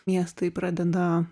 miestai pradeda